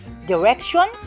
Direction